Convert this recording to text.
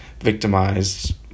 victimized